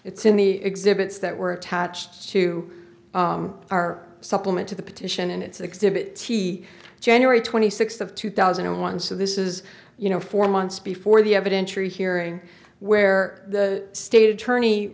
it's in the exhibits that were attached to our supplement to the petition and it's exhibit t january twenty sixth of two thousand and one so this is you know four months before the evidentiary hearing where the state attorney